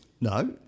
no